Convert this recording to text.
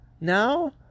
Now